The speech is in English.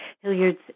Hilliard's